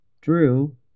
Drew